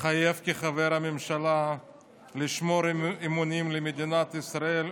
מתחייב כחבר הממשלה לשמור אמונים למדינת ישראל ולחוקיה,